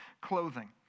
clothing